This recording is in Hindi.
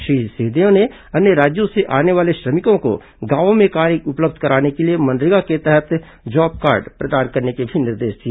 श्री सिंहदेव ने अन्य राज्यों से आने वाले श्रमिकों को गांवों में कार्य उपलब्ध कराने के लिए मनरेगा के तहत जॉब कार्ड प्रदान करने के भी निर्देश दिए